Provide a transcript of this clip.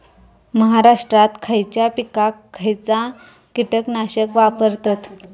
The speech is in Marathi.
महाराष्ट्रात खयच्या पिकाक खयचा कीटकनाशक वापरतत?